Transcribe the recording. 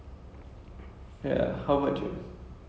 okay so I felt like this is